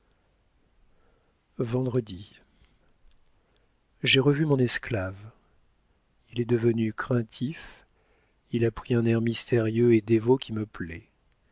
vendredi j'ai revu mon esclave il est devenu craintif il a pris un air mystérieux et dévot qui me plaît